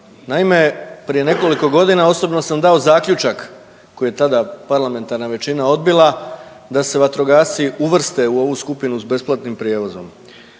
Naime, prije nekoliko godina osobno sam dao zaključak koji je tada parlamentarna većina odbila da se vatrogasci uvrste u ovu skupinu s besplatnim prijevozom.